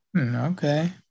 Okay